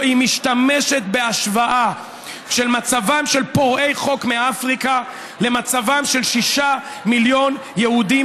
משתמשת בהשוואה של מצבם של פורעי חוק מאפריקה למצבם של 6 מיליון יהודים